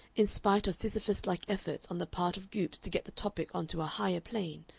in spite of sisyphus-like efforts on the part of goopes to get the topic on to a higher plane,